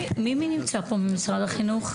רק מי נמצא פה ממשרד החינוך?